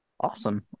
Awesome